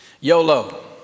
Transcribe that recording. YOLO